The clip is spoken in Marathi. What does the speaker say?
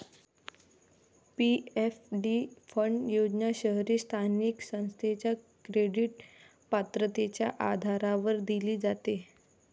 पी.एफ.डी फंड योजना शहरी स्थानिक संस्थेच्या क्रेडिट पात्रतेच्या आधारावर दिली जाते